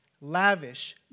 lavish